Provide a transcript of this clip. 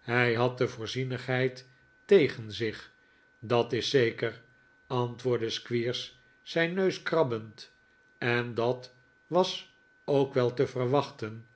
hij had de voorzienigheid tegen zich dat is zeker antwoordde squeers zijn neus krabbend en dat was ook wel te verwachten